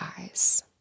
eyes